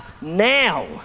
now